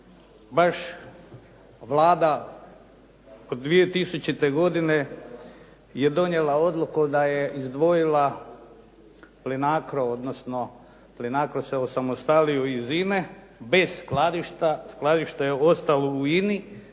baš Vlada 2000. godine je donijela odluku da je izdvojila Plinacro, odnosno Plinacro se osamostalio iz INA-e bez skladišta, skladište je ostalo u INA-i,